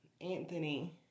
Anthony